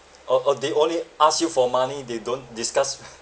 or or they only ask you for money they don't discuss